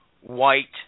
white